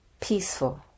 peaceful